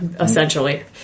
essentially